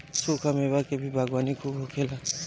सुखा मेवा के भी बागवानी खूब होखेला